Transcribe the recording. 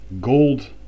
gold